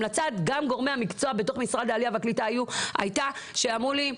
גורמי המקצוע בתוך משרד העלייה והקליטה אמרו לי,